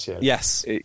Yes